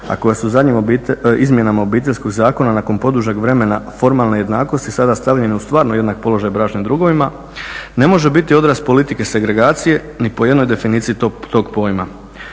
a koja su zadnjim izmjenama Obiteljskog zakona nakon podužeg vremena formalne jednakosti sada stavljene u stvarno jednaki položaj bračnim drugovima ne može biti odraz politike segregacije ni po jednoj definiciji toga pojma.